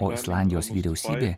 o islandijos vyriausybė